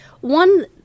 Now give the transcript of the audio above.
one